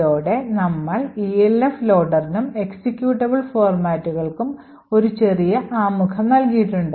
ഇതോടെ നമ്മൾ ELF ലോഡറിനും എക്സിക്യൂട്ടബിൾ ഫോർമാറ്റുകൾക്കും ഒരു ചെറിയ ആമുഖം നൽകിയിട്ടുണ്ട്